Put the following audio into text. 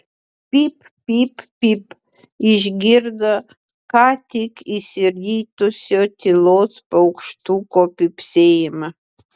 pyp pyp pyp išgirdo ką tik išsiritusio tylos paukštuko pypsėjimą